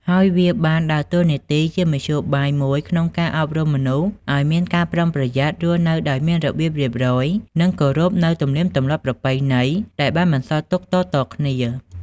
ហើយវាបានដើរតួនាទីជាមធ្យោបាយមួយក្នុងការអប់រំមនុស្សឲ្យមានការប្រុងប្រយ័ត្ន រស់នៅដោយមានរបៀបរៀបរយ និងគោរពនូវទំនៀមទម្លាប់ប្រពៃណីដែលបានបន្សល់ទុកតៗគ្នា ។